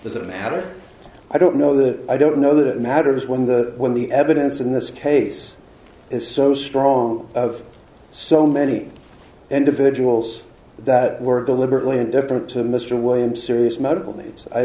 does it matter i don't know that i don't know that it matters when the when the evidence in this case is so strong of so many individuals that were deliberately indifferent to mr williams serious medical needs i